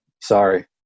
sorry